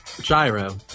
Gyro